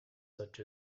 such